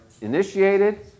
initiated